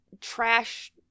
trash